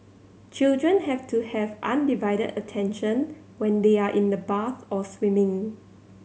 children have to have undivided attention when they are in the bath or swimming